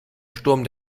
sturm